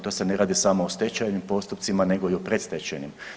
To se ne radi samo o stečajnim postupcima, nego i o predstečajnim.